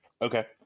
Okay